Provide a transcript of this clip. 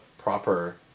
proper